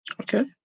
Okay